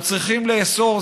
אנחנו צריכים לאסור,